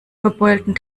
verbeulten